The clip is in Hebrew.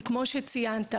כמו שציינת,